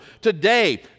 Today